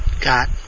got